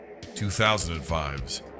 2005's